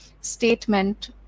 statement